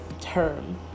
term